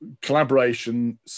collaboration